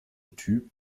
typ